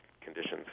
conditions